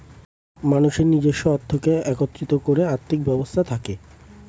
মানুষের নিজস্ব অর্থকে একত্রিত করে আর্থিক ব্যবস্থা থাকে